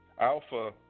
Alpha